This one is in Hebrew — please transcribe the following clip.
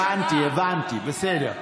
הבנתי, הבנתי, בסדר.